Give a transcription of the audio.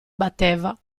batteva